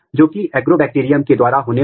तो यह न्यूक्लियस में रहने बाला है